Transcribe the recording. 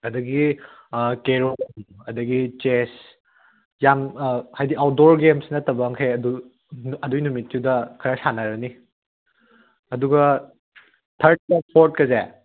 ꯑꯗꯒꯤ ꯀꯦꯔꯣꯝ ꯑꯗꯒꯤ ꯆꯦꯁ ꯌꯥꯝ ꯍꯥꯏꯗꯤ ꯑꯥꯎꯗꯣꯔ ꯒꯦꯝꯁ ꯅꯠꯇꯕꯝꯃꯈꯩ ꯑꯗꯨ ꯑꯗꯨꯏ ꯅꯨꯃꯤꯠꯇꯨꯗ ꯈꯔ ꯁꯥꯟꯅꯔꯅꯤ ꯑꯗꯨꯒ ꯊꯥꯔꯠꯀ ꯐꯣꯔꯠꯀꯁꯦ